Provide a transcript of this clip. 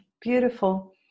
Beautiful